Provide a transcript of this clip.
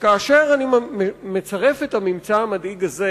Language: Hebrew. וכאשר אני מצרף את הממצא המדאיג הזה